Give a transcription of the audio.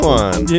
one